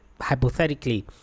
hypothetically